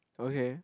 okay